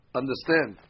understand